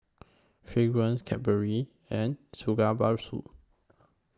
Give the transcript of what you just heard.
Fragrance Cadbury and